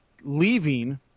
leaving –